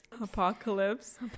apocalypse